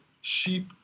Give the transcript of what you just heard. sheep